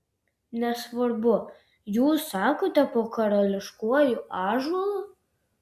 nesvarbu jūs sakote po karališkuoju ąžuolu